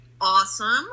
Awesome